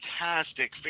fantastic